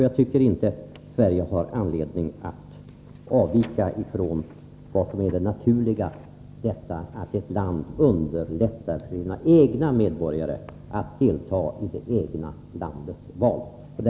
Jag tycker inte att Sverige har anledning att avvika från vad som är det naturliga — detta att ett land underlättar för sina egna medborgare att delta i det egna landets val.